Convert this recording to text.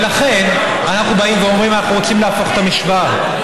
ולכן אנחנו באים ואומרים: אנחנו רוצים להפוך את המשוואה.